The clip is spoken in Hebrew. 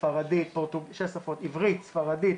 ספרדית,